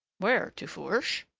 where? to fourche?